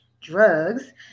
drugs